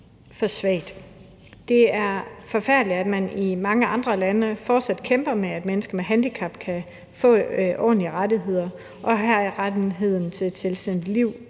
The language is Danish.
for lille. Det er forfærdeligt, at man i mange andre lande fortsat kæmper med, at mennesker med handicap kan få ordentlige rettigheder og have retten til et selvstændigt liv,